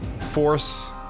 force